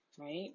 right